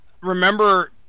remember